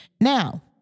Now